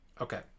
okay